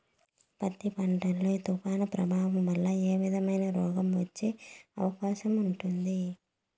పత్తి పంట లో, తుఫాను ప్రభావం వల్ల ఏ విధమైన రోగం వచ్చే అవకాశం ఉంటుంది?